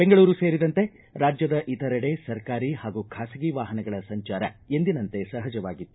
ಬೆಂಗಳೂರು ಸೇರಿದಂತೆ ರಾಜ್ಯದ ಇತರೆಡೆ ಸರ್ಕಾರಿ ಹಾಗೂ ಖಾಸಗಿ ವಾಹನಗಳ ಸಂಚಾರ ಎಂದಿನಂತೆ ಸಹಜವಾಗಿತ್ತು